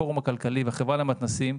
הפורום הכלכלה והחברה למתנ"סים,